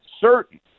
certain